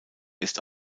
ist